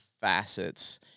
facets